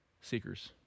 seekers